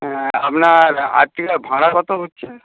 হ্যাঁ আপনার আর্টিগার ভাড়া কত হচ্ছে